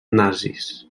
nazis